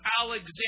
Alexander